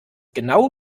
genau